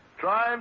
Try